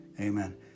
Amen